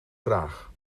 graag